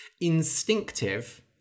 Instinctive